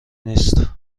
نیست